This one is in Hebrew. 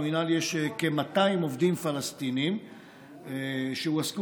במינהל יש כ-200 עובדים פלסטינים שמועסקים